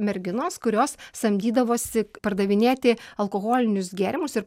merginos kurios samdydavosi pardavinėti alkoholinius gėrimus ir